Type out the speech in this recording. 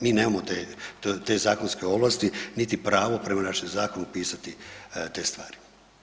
Mi nemamo te, te zakonske ovlasti, niti pravo prema našem zakonu pisati te stvari.